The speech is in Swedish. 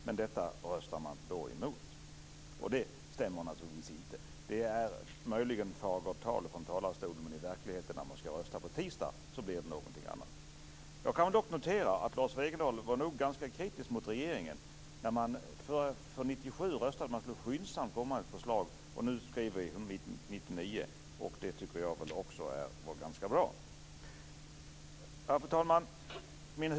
Men detta röstar man då emot. Och det stämmer naturligtvis inte. Det är möjligen fagert tal från talarstolen, men i verkligheten, när man skall rösta på tisdag, blir det någonting annat. Jag kan dock notera att Lars Wegendal nog var ganska kritisk mot regeringen. 1997 röstade man för att man skyndsamt skulle komma med förslag, och nu skriver vi 1999. Och det tycker jag väl också är ganska bra. Fru talman!